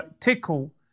Tickle